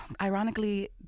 Ironically